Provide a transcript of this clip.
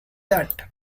that